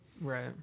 right